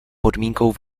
podmínkou